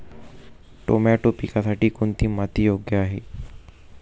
Tomato पिकासाठी कोणती माती योग्य आहे?